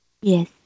yes